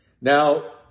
Now